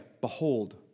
Behold